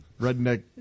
redneck